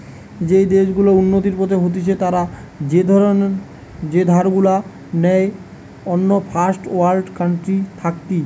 যেই দেশ গুলা উন্নতির পথে হতিছে তারা যে ধার গুলা নেই অন্য ফার্স্ট ওয়ার্ল্ড কান্ট্রি থাকতি